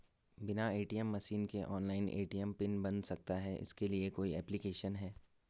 बिना ATM machine के online ATM PIN बन सकता है इसके लिए कोई ऐप्लिकेशन है?